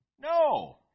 No